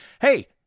hey